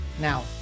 Now